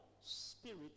spirit